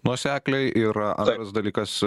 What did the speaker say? nuosekliai ir antras dalykas